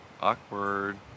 Awkward